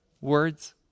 words